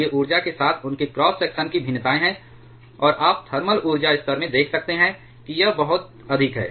और ये ऊर्जा के साथ उनके क्रॉस सेक्शन की भिन्नताएं हैं और आप थर्मल ऊर्जा स्तर में देख सकते हैं कि यह बहुत अधिक है